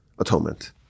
Atonement